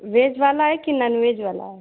veg वाला है कि नान वेज वाला है